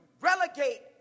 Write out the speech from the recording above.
relegate